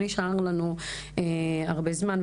לא נשאר לנו הרבה זמן,